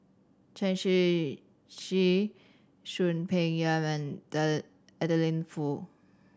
Chen Shiji Soon Peng Yam and Adeline Foo